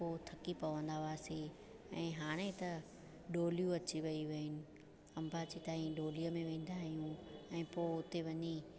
पोइ थकी पवंदा हुआसीं ऐं हाणे त डोलियूं अची वियूं आहिनि अम्बा जी ताईं डोलीअ में वेंदा आहियूं ऐं पोइ उते वञी